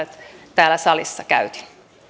täällä salissa käytin